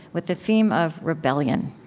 with the theme of rebellion